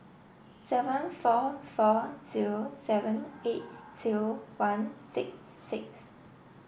seven four four zero seven eight zero one six six